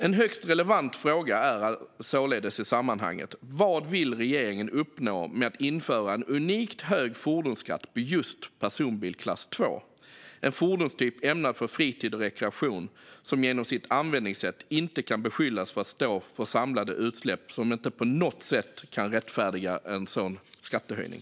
En högst relevant fråga i sammanhanget är således: Vad vill regeringen uppnå med att införa en unikt hög fordonsskatt på just personbil klass II? Det är en fordonstyp ämnad för fritid och rekreation och som genom sitt användningssätt inte kan beskyllas för att stå för samlade utsläpp som kan rättfärdiga en sådan skattehöjning.